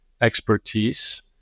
expertise